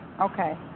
okay